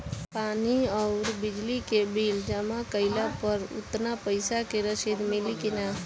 पानी आउरबिजली के बिल जमा कईला पर उतना पईसा के रसिद मिली की न?